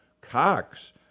Cox